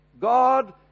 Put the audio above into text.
God